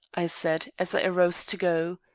i said, as i arose to go.